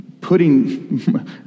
putting